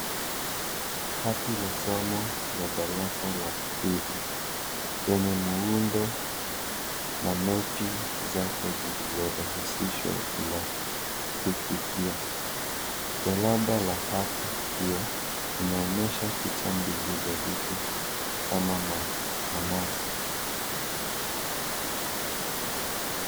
Hati la somo ya darasa la pili yenye muundo na noti zake zilizorahisishwa inatufikia. Jarada la hati hiyo linaonyesha picha mbili za vitu kama nanasi.